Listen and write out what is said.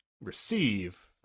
receive